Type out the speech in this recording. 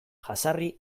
jazarri